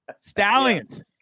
stallions